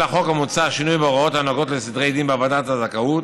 החוק המוצע כולל שינוי בהוראות הנוגעות לסדרי דין בוועדת הזכאות,